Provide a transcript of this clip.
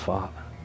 Father